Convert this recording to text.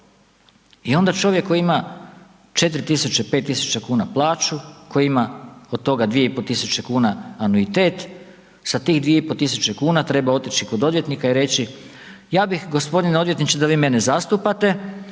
I onda čovjek koji ma 4 tisuće, 5 tisuća kuna plaću, koji ima od toga 2,5 tisuće kuna anuitet sa tih 2,5 tisuće kuna treba otići kod odvjetnika i reći ja bih gospodine odvjetniče da vi mene zastupate,